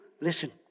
Listen